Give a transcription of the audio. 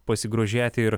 pasigrožėti ir